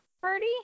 party